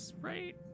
right